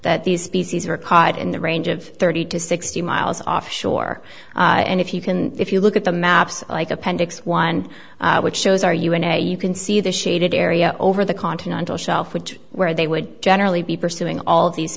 that these species were caught in the range of thirty to sixty miles offshore and if you can if you look at the maps like appendix one which shows are una you can see the shaded area over the continental shelf which where they would generally be pursuing all these